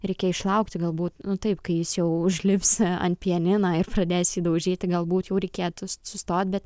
reikia išlaukti galbūt taip kai jis jau užlips ant pianino ir pradės jį daužyti galbūt jau reikėtų sustot bet